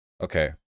Okay